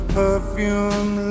perfume